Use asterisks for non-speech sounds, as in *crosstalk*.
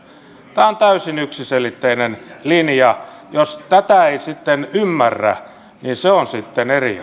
tämä on täysin yksiselitteinen linja jos tätä ei sitten ymmärrä niin se on sitten eri *unintelligible*